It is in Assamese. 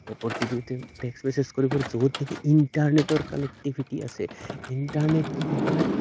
এপৰ জৰিয়তে টেক্সট মেছেজ কৰিব য'ত নেকি ইণ্টাৰনেটৰ কানেক্টিভিটি আছে ইণ্টাৰনেট কি হয়